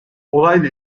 olayla